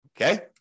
Okay